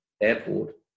Airport